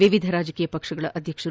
ವಿವಿಧ ರಾಜಕೀಯ ಪಕ್ಷಗಳ ಅದ್ವಕ್ಷರು